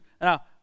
Now